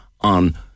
on